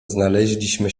znaleźliśmy